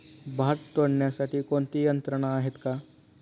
भात तोडण्यासाठी कोणती यंत्रणा आहेत का?